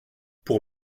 pour